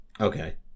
Okay